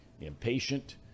impatient